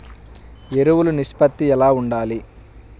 ఎరువులు నిష్పత్తి ఎలా ఉండాలి?